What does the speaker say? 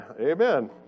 Amen